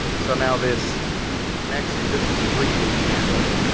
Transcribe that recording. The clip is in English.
so now this next, this is a three page handout,